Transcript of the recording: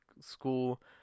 school